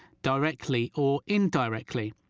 directly or indirectly.